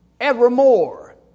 evermore